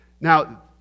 Now